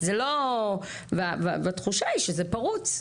זה לא, והתחושה היא שזה פרוץ.